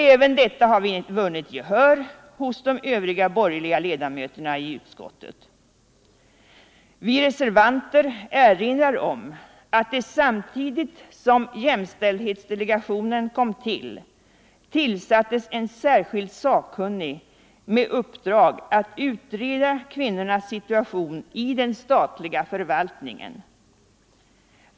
Även detta yrkande har vunnit gehör hos de Jämställdhet övriga borgerliga ledamöterna i utskottet. Vi reservanter erinrar om att mellan män och det samtidigt som jämställdhetsdelegationen kom till tillsattes en särskild — kvinnor, m.m. sakkunnig med uppdrag att utreda kvinnornas situation i den statliga förvaltningen.